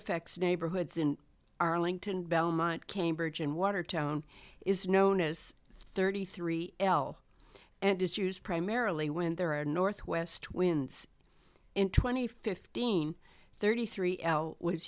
affects neighborhoods in arlington belmont cambridge and watertown is known as thirty three l and is used primarily when there are northwest winds in twenty fifteen thirty three l was